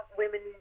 women